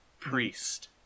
Priest